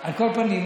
על כל פנים,